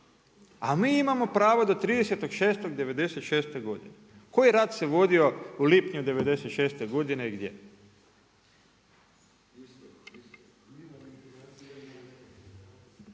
a mi imamo pravo do 30. 06. '96. godine. Koji rat se vodio u lipnju '96. godine i gdje?